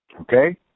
Okay